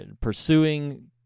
pursuing